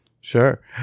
Sure